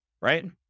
right